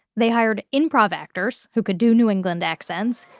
they hired improv actors, who could do new england accents,